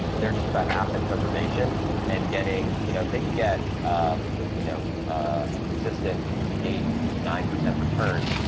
and they're just about asset preservation and getting, you know, they can get um you know a consistent eight, nine percent return.